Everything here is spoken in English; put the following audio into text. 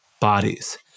bodies